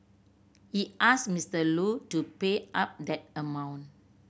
he asked Mister Lu to pay up that amount